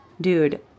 Dude